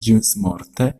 ĝismorte